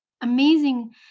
amazing